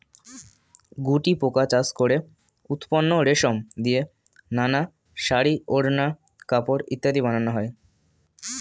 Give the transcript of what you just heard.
গুটিপোকা চাষ করে উৎপন্ন রেশম দিয়ে নানা শাড়ী, ওড়না, কাপড় ইত্যাদি বানানো হয়